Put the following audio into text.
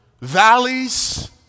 valleys